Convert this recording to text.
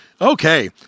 Okay